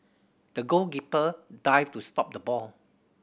the goalkeeper dived to stop the ball